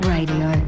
Radio